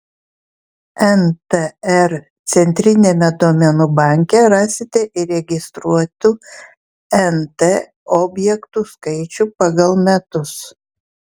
ntr centriniame duomenų banke rasite įregistruotų nt objektų skaičių pagal metus